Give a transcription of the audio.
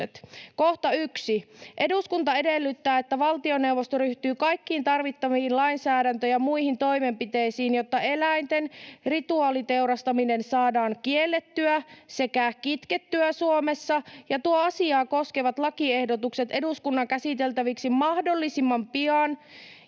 ”1. Eduskunta edellyttää, että valtioneuvosto ryhtyy kaikkiin tarvittaviin lainsäädäntö- ja muihin toimenpiteisiin, jotta eläinten rituaaliteurastaminen saadaan kiellettyä sekä kitkettyä Suomessa, ja tuo asiaa koskevat lakiehdotukset eduskunnan käsiteltäviksi mahdollisimman pian